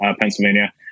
Pennsylvania